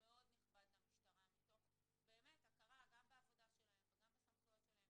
מאוד נכבד למשטרה מתוך הכרה גם בעבודה שלהם וגם בסמכויות שלהם.